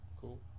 cool